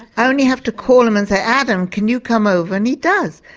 i only have to call him and say adam can you come over and he does.